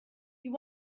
you